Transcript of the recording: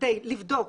כדי לבדוק